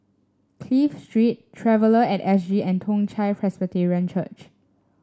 Clive Street Traveller at S G and Toong Chai Presbyterian Church